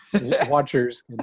watchers